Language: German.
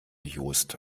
jost